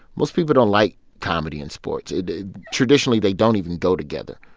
most people don't like comedy in sports. traditionally, they don't even go together.